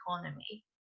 economy